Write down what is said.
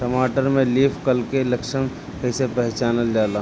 टमाटर में leaf curl के लक्षण कइसे पहचानल जाला?